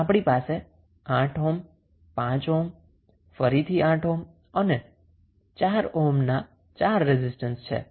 આમ આપણી પાસે 8 ઓહ્મ 5 ઓહ્મ ફરીથી 8 ઓહ્મ અને 4 ઓહ્મના ચાર રેઝિસ્ટન્સ છે